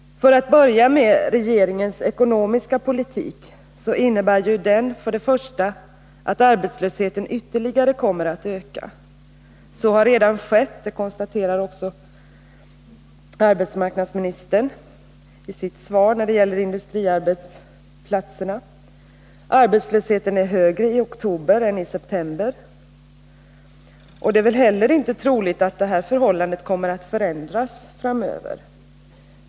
För att börja med regeringens ekonomiska politik så innebär ju den först och främst att arbetslösheten ytterligare kommer att öka. Så har redan skett — det konstaterar också arbetsmarknadsministern i sitt svar när det gäller industriarbetsplatserna. Arbetslösheten är högre i oktober än vad den var i september. Det är väl heller inte troligt att detta förhållande kommer att förändras framöver.